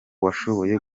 washoboye